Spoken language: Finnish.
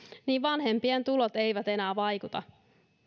niin vanhempien tulot eivät enää vaikuta